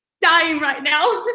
dying right now.